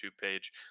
page